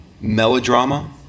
melodrama